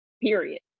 period